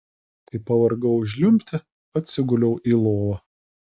kai pavargau žliumbti atsiguliau į lovą